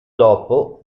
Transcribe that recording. dopo